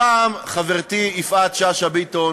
הפעם, חברתי יפעת שאשא ביטון